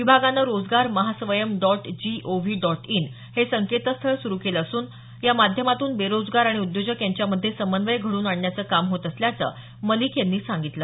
विभागानं रोजगार Mahaswayam dot gov dot in हे संकेतस्थळ सुरू केलं असून या माध्यमातून बेरोजगार आणि उद्योजक यांच्यामध्ये समन्वय घडवून आणण्याचं काम होत असल्याचं मलिक यांनी सांगितलं